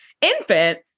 infant